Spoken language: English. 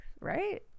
right